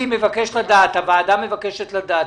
הוועדה מבקשת לדעת,